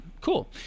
cool